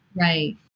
Right